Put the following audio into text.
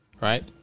right